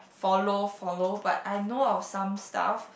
follow follow but I know of some stuff